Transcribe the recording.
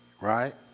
right